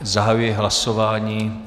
Zahajuji hlasování.